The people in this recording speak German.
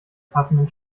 passenden